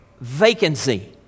vacancy